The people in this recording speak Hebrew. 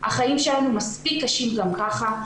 החיים שלנו מספיק קשים גם ככה,